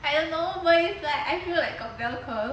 I don't know but it's like I feel like got bell curve